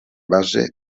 base